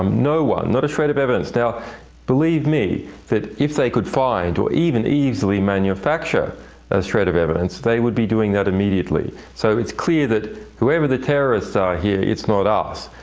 um no one not a shred of evidence. there are believe me that if they could find or even easily manufacture a shred of evidence, they would be doing that immediately. so it's clear that whoever the terrorists are here, it's not us.